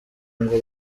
ngo